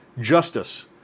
justice